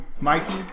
mikey